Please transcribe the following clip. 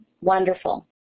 Wonderful